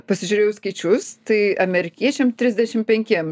pasižiūrėjau skaičius tai amerikiečiam trisdešim penkiem